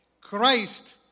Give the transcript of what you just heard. Christ